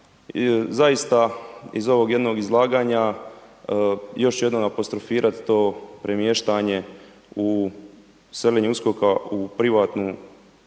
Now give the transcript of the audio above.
Zaista iz ovog jednog izlaganja, još ću jednom apostrofirat to premještanje u selenje USKOK-a u privatnu zgradu,